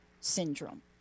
syndrome